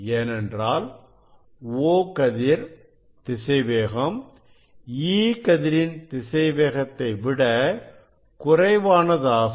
ஏனென்றால் O கதிர் திசை வேகம் E கதிரின் திசைவேகத்தை விட குறைவானதாகும்